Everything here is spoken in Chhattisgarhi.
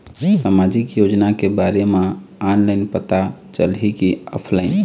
सामाजिक योजना के बारे मा ऑनलाइन पता चलही की ऑफलाइन?